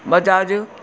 Bajaj